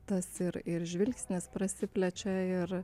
tas ir ir žvilgsnis prasiplečia ir